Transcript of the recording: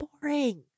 boring